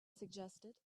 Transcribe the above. suggested